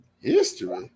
History